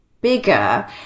bigger